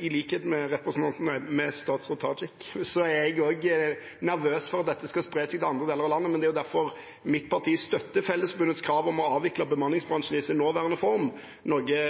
I likhet med statsråd Tajik er jeg også nervøs for at dette skal spre seg til andre deler av landet, og det er jo derfor mitt parti støtter Fellesforbundets krav om å avvikle bemanningsbransjen i sin nåværende form, noe